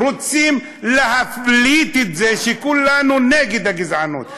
רוצים להבליט את זה שכולנו נגד הגזענות.